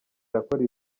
irakora